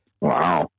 Wow